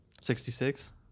Sixty-six